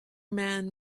man